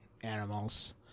animals